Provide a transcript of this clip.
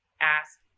ask